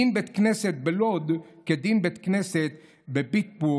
דין בית כנסת בלוד, כדין בית כנסת בפיטסבורג.